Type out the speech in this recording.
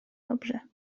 dobrze